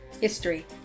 history